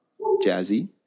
jazzy